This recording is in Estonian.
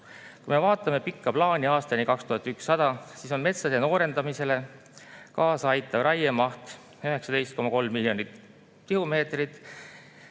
Kui me vaatame pikka plaani aastani 2100, siis on metsade noorendamisele kaasa aitav raiemaht 19,3 miljonit tihumeetrit